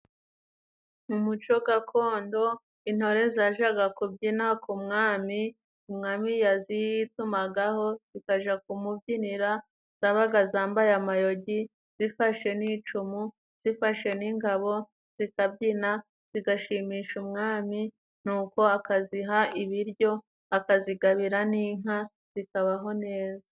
Mu muco gakondo intore zajaga kubyina ku mwami, umwami yazitumagaho zikaja ku kumubyinira zabaga zambaye amayogi, zifashe n'icumu, zifashe n'ingabo, zikabyina zigashimisha umwami nuko akaziha ibiryo, akazigabira n'inka, zikabaho neza.